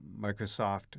Microsoft